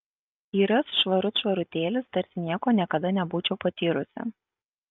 tyras švarut švarutėlis tarsi nieko niekada nebūčiau patyrusi